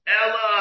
Ella